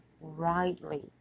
rightly